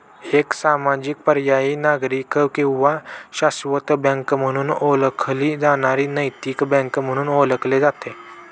एक सामाजिक पर्यायी नागरिक किंवा शाश्वत बँक म्हणून ओळखली जाणारी नैतिक बँक म्हणून ओळखले जाते